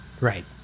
Right